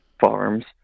farms